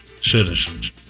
citizens